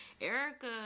Erica